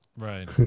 Right